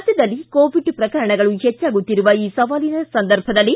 ರಾಜ್ಯದಲ್ಲಿ ಕೋವಿಡ್ ಪ್ರಕರಣಗಳು ಹೆಚ್ಚಾಗುತ್ತಿರುವ ಈ ಸವಾಲಿನ ಸಂದರ್ಭದಲ್ಲಿ